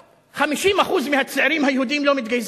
50% מהצעירים היהודים לא מתגייסים.